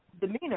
demeanor